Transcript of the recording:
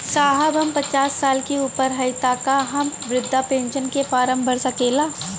साहब हम पचास साल से ऊपर हई ताका हम बृध पेंसन का फोरम भर सकेला?